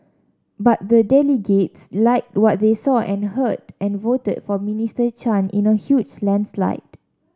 but the delegates liked what they saw and heard and voted for Minister Chan in a huge landslide